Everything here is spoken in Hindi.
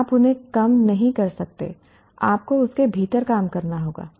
आप उन्हें कम नहीं कर सकते आपको उसके भीतर काम करना होगा